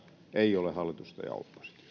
ei ole hallitusta ja oppositiota